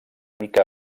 mica